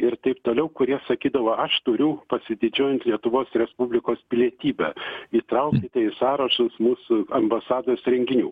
ir taip toliau kurie sakydavo aš turiu pasididžiuojant lietuvos respublikos pilietybę įtraukite į sąrašus mūsų ambasados renginių